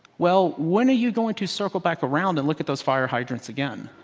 well, when are you going to circle back around and look at those fire hydrants again.